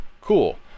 Cool